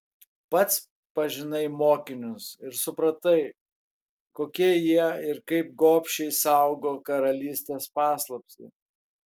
pats pažinai mokinius ir supratai kokie jie ir kaip gobšiai saugo karalystės paslaptį